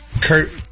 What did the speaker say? Kurt